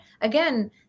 again